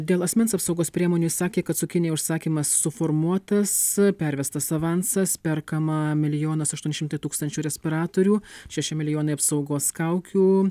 dėl asmens apsaugos priemonių jis sakė kad su kinija užsakymas suformuotas pervestas avansas perkama milijonas aštuoni šimtai tūkstančių respiratorių šeši milijonai apsaugos kaukių